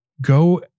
go